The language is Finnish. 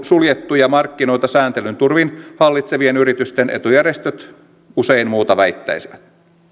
suljettuja markkinoita sääntelyn turvin hallitsevien yritysten etujärjestöt usein muuta väittäisivät